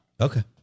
Okay